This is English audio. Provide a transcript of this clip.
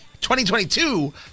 2022